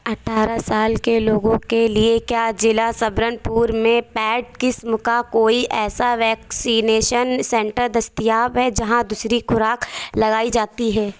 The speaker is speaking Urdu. اٹھارہ سال کے لوگوں کے لیے کیا ضلع سبرن پور میں پیڈ قسم کا کوئی ایسا ویکسینیشن سینٹر دستیاب ہے جہاں دوسری خوراک لگائی جاتی ہے